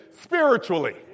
spiritually